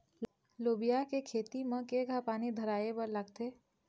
लोबिया के खेती म केघा पानी धराएबर लागथे?